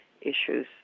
issues